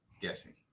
guessing